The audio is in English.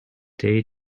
day